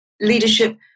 leadership